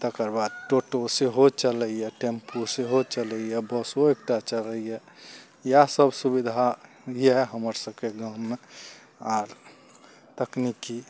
तकर बाद टोटो सेहो चलइए टेम्पू सेहो चलइए बसो एकटा चलइए इएह सब सुविधा यऽ हमर सबके गाममे आओर तकनीकी